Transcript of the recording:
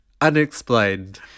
unexplained